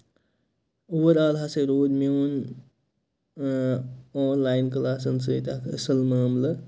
اُور آل ہسا روٗد میون اۭں آن لاین کَٕلاسن سۭتۍ اکھ اَصٕل معاملہٕ